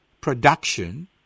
production